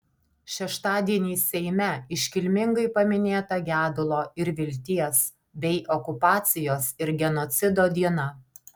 šeštadienį seime iškilmingai paminėta gedulo ir vilties bei okupacijos ir genocido diena